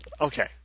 Okay